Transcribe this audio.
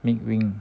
mid wing